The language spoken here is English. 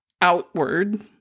outward